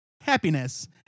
happiness